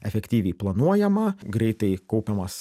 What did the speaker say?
efektyviai planuojama greitai kaupiamas